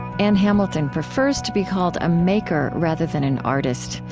ann hamilton prefers to be called a maker rather than an artist.